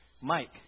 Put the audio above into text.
Mike